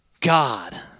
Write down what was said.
God